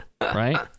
right